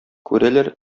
күрәләр